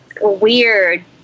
weird